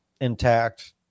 intact